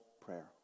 prayer